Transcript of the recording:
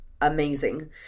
Amazing